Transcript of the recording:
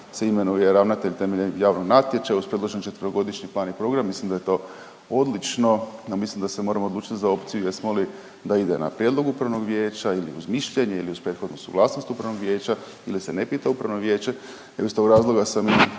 se imenuje ravnatelj temeljem javnog natječaja uz predloženi 4-godišnji plan i program, mislim da je to odlično. Ja mislim da se moramo odlučit za opciju jesmo li da ide na prijedlog upravnog vijeća ili uz mišljenje ili uz prethodnu suglasnost upravnog vijeća ili se ne pita upravno vijeće i iz tog razloga sam i